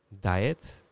diet